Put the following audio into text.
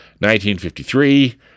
1953